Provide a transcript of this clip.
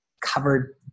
covered